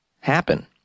happen